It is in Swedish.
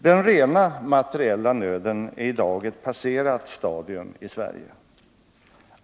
Den rena materiella nöden är i dag ett passerat stadium i Sverige.